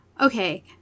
Okay